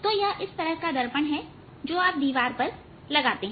तो यह इस तरह का दर्पण है जो आप दीवार पर लगाते हैं